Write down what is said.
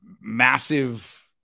massive